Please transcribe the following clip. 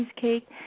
cheesecake